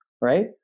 right